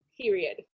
period